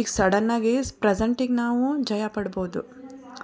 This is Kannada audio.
ಈಗ ಸಡನ್ ಆಗಿ ಪ್ರೆಝೆಂಟಿಗೆ ನಾವು ಜಯ ಪಡ್ಬೋದು